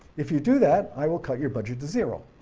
if you do that, i will cut your budget to zero